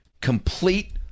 complete